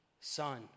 son